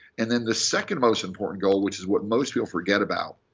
and then the second most important goal, which is what most people forget about,